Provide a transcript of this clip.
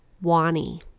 Wani